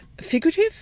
figurative